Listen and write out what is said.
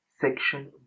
Section